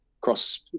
cross